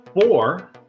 four